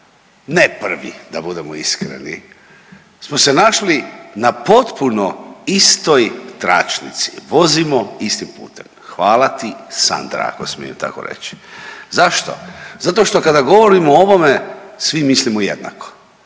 ne prvi da budemo iskreni, smo se našli na potpuno istoj tračnici, vozimo istim putem. Hvala ti Sandra ako smijem tako reći. Zašto? Zato što kada govorimo o ovome svi mislimo jednako